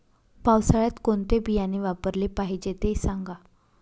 पावसाळ्यात कोणते बियाणे वापरले पाहिजे ते सांगा